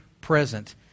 present